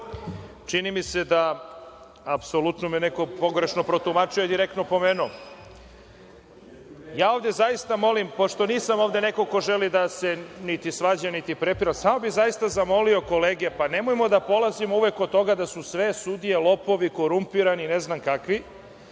mi se da me je apsolutno neko pogrešno protumačio, a i direktno pomenuo. Zaista molim, pošto nisam ovde neko ko želi niti da se svađa niti prepire, samo bih zaista zamolio kolege, nemojmo da polazimo uvek od toga da su sve sudije lopovi, korumpirani i ne znam kakvi,